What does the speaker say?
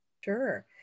Sure